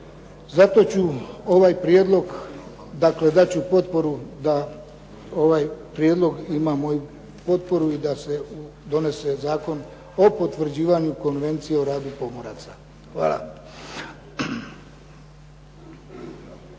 Zato ću ovaj prijedlog, dakle dat ću potporu da ovaj prijedlog ima moju potporu i da se donese Zakon o potvrđivanju Konvencije o radu pomoraca. Hvala.